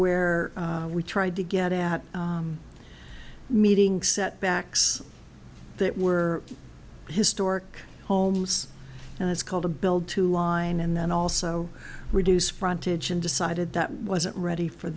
where we tried to get at meeting setbacks that were historic homes and that's called a build to line and then also reduce frontage and decided that wasn't ready for